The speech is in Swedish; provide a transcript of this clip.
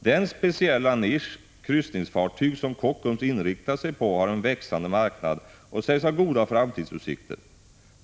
Den speciella nisch, kryssningsfartyg, som Kockums inriktat sig på har en växande marknad och sägs ha goda framtidsutsikter.